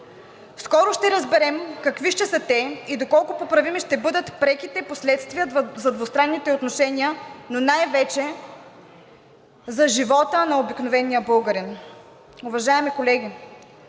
Скоро ще разберем какви ще са те и доколко поправими ще бъдат преките последствия за двустранните отношения, но най-вече за живота на обикновения българин. Уважаеми колеги,